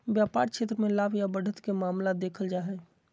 व्यापार क्षेत्र मे लाभ या बढ़त के मामला देखल जा हय